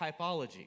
typology